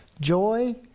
Joy